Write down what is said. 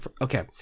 Okay